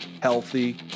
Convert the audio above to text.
healthy